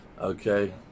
Okay